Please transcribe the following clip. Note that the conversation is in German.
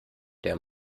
der